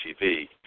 TV